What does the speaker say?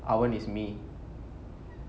அவன்:avan is me